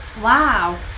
wow